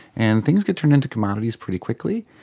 and things get turned into commodities pretty quickly.